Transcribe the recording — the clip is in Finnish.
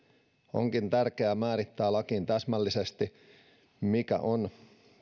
onkin tärkeää määrittää lakiin täsmällisesti mikä on